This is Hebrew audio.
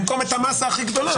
במקום את המסה הכי גדולה.